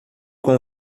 com